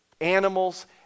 animals